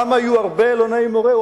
למה יהיו הרבה אלוני-מורה?